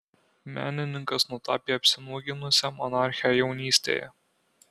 menininkas nutapė apsinuoginusią monarchę jaunystėje